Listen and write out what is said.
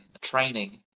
training